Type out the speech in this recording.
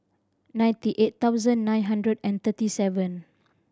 ninety eight thousand nine hundred and thirty seven